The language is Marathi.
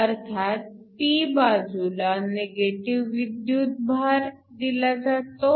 अर्थात p बाजूला नेगेटिव्ह विद्युतभार दिला जातो